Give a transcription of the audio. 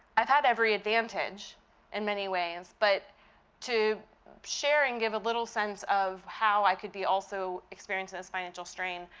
i've had ever advantage in many ways, but to share and give a little sense of how i could be also experiencing this financial strain,